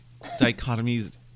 dichotomies